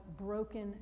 broken